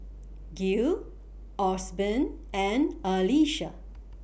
Gil Osborn and Alysha